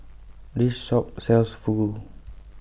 This Shop sells Fugu